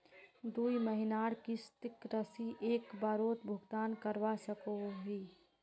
दुई महीनार किस्त राशि एक बारोत भुगतान करवा सकोहो ही?